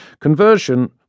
Conversion